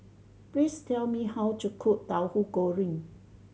please tell me how to cook Tahu Goreng